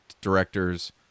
directors